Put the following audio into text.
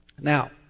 Now